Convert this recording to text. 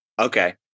okay